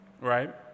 right